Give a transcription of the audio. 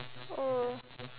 oh